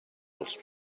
els